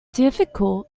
difficult